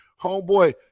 Homeboy